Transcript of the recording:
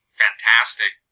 fantastic